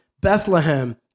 Bethlehem